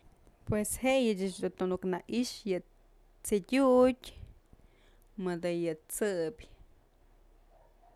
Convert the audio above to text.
Pues jejëy ëch të nuk na i'ixë yë t'sëdyutë mëdë yë t'sëbyë.